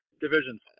divisions